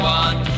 one